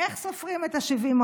איך סופרים את ה-70%.